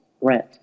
rent